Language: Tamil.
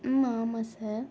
ஆமாம் சார்